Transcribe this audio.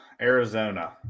Arizona